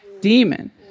demon